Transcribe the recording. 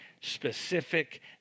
specific